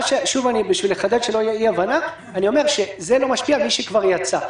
זה לא משפיע על מי שכבר יצא.